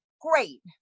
great